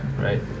Right